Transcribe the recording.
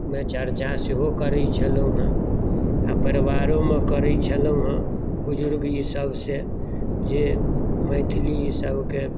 मे चर्चा सेहो करै छलहुँ हँ आ परिवारोमे करै छलहुँ हँ बुजुर्ग लोक सभसे जे मैथिली ई सभके